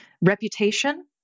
reputation